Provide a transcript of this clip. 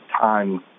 time